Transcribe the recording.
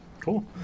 Cool